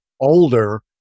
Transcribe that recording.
older